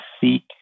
seek